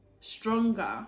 stronger